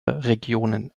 regionen